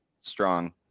strong